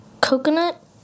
Coconut